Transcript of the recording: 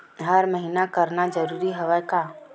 हर महीना करना जरूरी हवय का?